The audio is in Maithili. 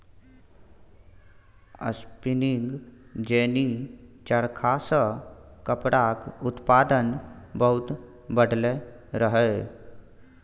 स्पीनिंग जेनी चरखा सँ कपड़ाक उत्पादन बहुत बढ़लै रहय